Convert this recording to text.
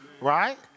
Right